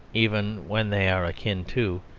even when they are akin to,